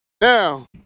Now